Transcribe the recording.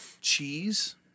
cheese